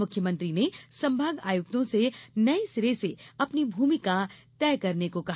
मुख्यमंत्री ने संभाग आयुक्तों से नये सिरे से अपनी भूमिका तय करने को कहा